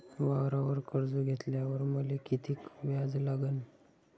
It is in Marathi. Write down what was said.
वावरावर कर्ज घेतल्यावर मले कितीक व्याज लागन?